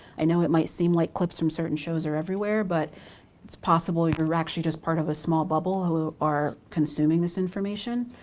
i know it might seem like clips from certain shows are everywhere, but it's possible you're actually just part of a small bubble who are consuming this information.